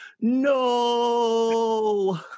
no